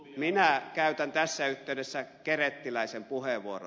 minä käytän tässä yhteydessä kerettiläisen puheenvuoron